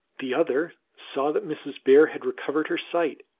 the other saw that mrs. bear had recovered her sight.